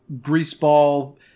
greaseball